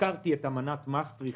הזכרתי את אמנת מסטריכט